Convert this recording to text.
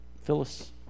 Phyllis